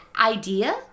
idea